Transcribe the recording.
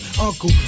Uncle